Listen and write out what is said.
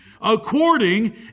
According